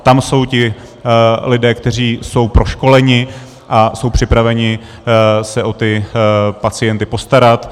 Tam jsou ti lidé, kteří jsou proškoleni a jsou připraveni se o pacienty postarat.